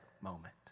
moment